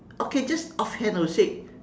okay just off hand I will say